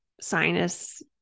sinus